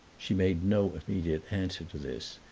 she made no immediate answer to this,